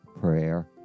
prayer